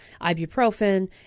ibuprofen